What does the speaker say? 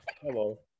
Hello